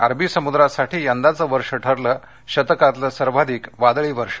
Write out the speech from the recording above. अरबी समुद्रासाठी यंदाचं वर्ष ठरलं शतकातलं सर्वाधिक वादळी वर्ष